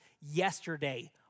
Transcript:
yesterday